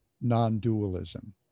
non-dualism